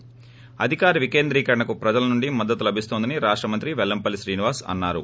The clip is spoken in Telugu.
ి అధికార వికేంద్రీకరణకు ప్రజల నుండి మద్దతు లభిస్తోందని రాష్ట మంత్రి వెల్లంపల్లి శ్రీనివాస్ అన్నారు